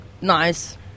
nice